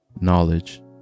knowledge